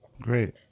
Great